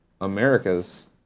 America's